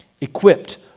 Equipped